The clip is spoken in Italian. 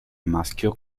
maschio